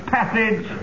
Passage